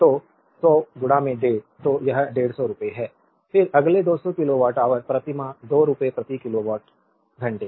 तो 10015 तो यह 150 रुपये है फिर अगले 200 किलोवाट ऑवर प्रति माह 2 रुपये प्रति किलोवाट घंटे